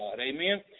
Amen